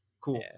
cool